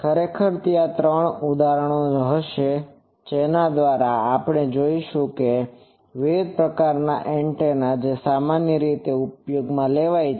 ખરેખર ત્યાં ત્રણ ઉદાહરણો હશે જેના દ્વારા આપણે જોશું કે વિવિધ પ્રકારના એન્ટેના જે સામાન્ય રીતે ઉપયોગમાં લેવાય છે